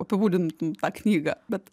apibūdintum tą knygą bet